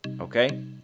okay